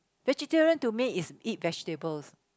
vegetarian to me is eat vegetables